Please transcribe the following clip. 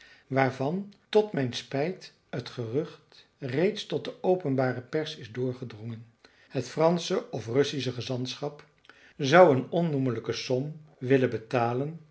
waarvan tot mijn spijt het gerucht reeds tot de openbare pers is doorgedrongen het fransche of russische gezantschap zou een onnoemelijke som willen betalen